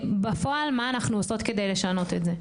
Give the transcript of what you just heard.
בפועל, מה אנחנו עושות כדי לשנות את זה?